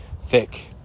thick